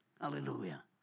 Hallelujah